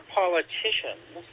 politicians